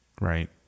right